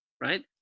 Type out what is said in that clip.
right